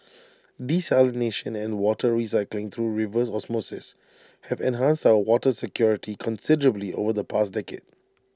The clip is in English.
desalination and water recycling through reverse osmosis have enhanced our water security considerably over the past decade